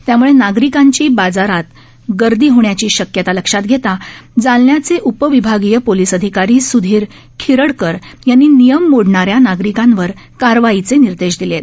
त्यामुळे नागरिकांची बाजारात एकाच वेळी गर्दी होण्याची शक्यता लक्षात घेता जालन्याचे उपविभागीय पोलीस अधिकारी सुधीर खिरडकर यांनी नियम मोडणाऱ्या नागरिकांवर कारवाईचे निर्देश दिले आहेत